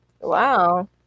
Wow